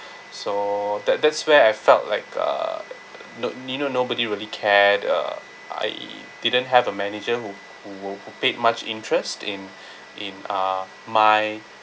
so that that's where I felt like uh no you know nobody really cared uh I didn't have a manager who who will who paid much interest in in uh my